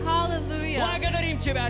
Hallelujah